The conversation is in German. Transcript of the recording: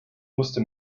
musste